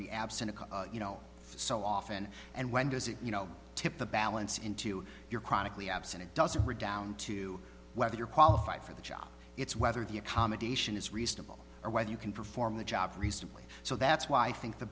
absent you know so often and when does it you know tip the balance into your chronically absent it doesn't redound to whether you're qualified for the job it's whether the accommodation is reasonable or whether you can perform the job recently so that's why i think the